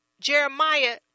Jeremiah